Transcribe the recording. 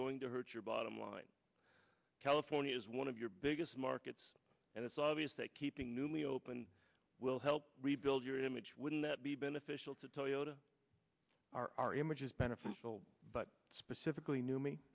going to hurt your bottom line california is one of your biggest markets and it's obvious that keeping newly opened will help rebuild your image wouldn't that be beneficial to toyota are our image is beneficial but specifically